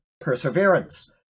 perseverance